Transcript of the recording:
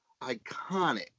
iconic